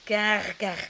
kar kar